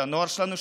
על הנוער שלנו,